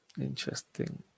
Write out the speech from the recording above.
Interesting